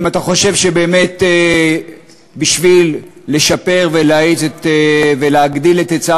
שבאמת בשביל לשפר ולהאיץ ולהגדיל את היצע